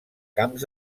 camps